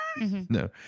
No